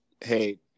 Hey